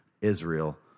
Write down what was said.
Israel